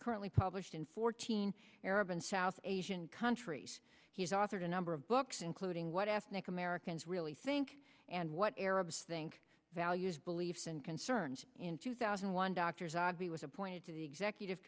currently published in fourteen arab and south asian countries he's authored a number of books including what affleck americans really think and what arabs think values beliefs and concerns in two thousand and one dr zagi was appointed to the executive